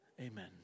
Amen